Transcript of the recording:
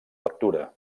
lectura